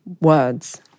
words